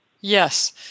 Yes